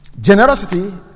Generosity